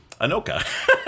Anoka